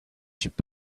should